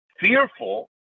fearful